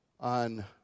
on